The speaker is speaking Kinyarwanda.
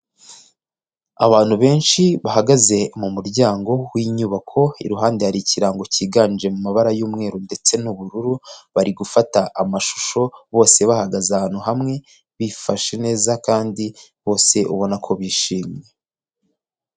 Abantu benshi bahagaze mu muryango w'inyubako iruhande hari ikirango cyiganje mu mabara y'umweru ndetse n'ubururu bari gufata amashusho bose bahagaze ahantu hamwe bifashe neza kandi bose ubona ko bishimye.